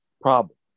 problem